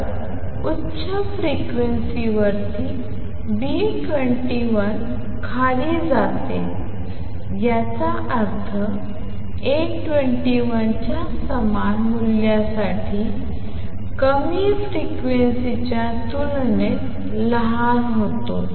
तर उच्च फ्रिक्वेन्सीवर B21 खाली जाते याचा अर्थ A21 च्या समान मूल्यासाठी कमी फ्रिक्वेन्सीच्या तुलनेत लहान होतो